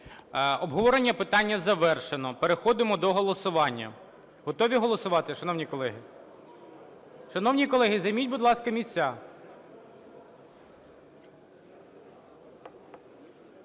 Обговорення питання завершено. Переходимо до голосування. Готові голосувати, шановні колеги? Шановні колеги, займіть, будь ласка, місця.